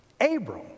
Abram